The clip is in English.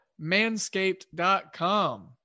Manscaped.com